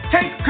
Take